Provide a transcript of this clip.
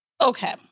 okay